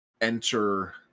enter